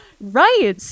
Right